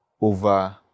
over